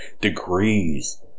degrees